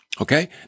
Okay